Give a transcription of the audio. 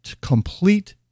complete